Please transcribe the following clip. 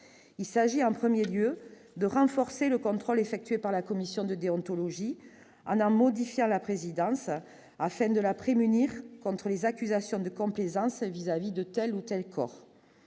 il s'agit en 1er lieu de renforcer le contrôle effectué par la commission de déontologie en a modifié à la présidence afin de la prémunir contre les accusations de complaisance vis-à-vis de telle ou telle corps